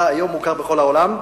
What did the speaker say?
אתה היום מוכר בכל העולם,